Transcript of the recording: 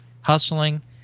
hustling